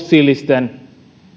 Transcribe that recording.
kannustamme fossiilisten